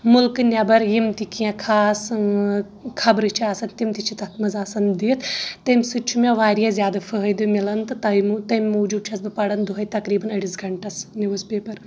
مُلکہٕ نیٚبر یِم تہِ کیٚنٛہہ خاص خبرٕ چھ آسان تِم تہِ چھ تَتھ منٛز آسان دِتھ تَمہِ سۭتۍ چھُ مےٚ واریاہ زیٛادٕ فأیِدٕ مِلان تہٕ تٔمہِ موجوٗب چھسا بہٕ پران دۄہے تقریٖباً أڈِس گنٹس نیوٗز پیپر